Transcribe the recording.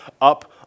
up